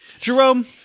jerome